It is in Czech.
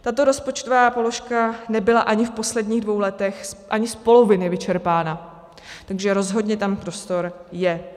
Tato rozpočtová položka nebyla ani v posledních dvou letech ani z poloviny vyčerpána, takže rozhodně tam prostor je.